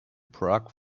prague